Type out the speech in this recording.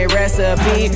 recipe